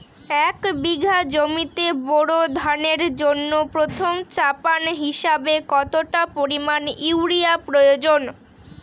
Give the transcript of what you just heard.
এক বিঘা জমিতে বোরো ধানের জন্য প্রথম চাপান হিসাবে কতটা পরিমাণ ইউরিয়া প্রয়োজন?